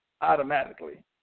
automatically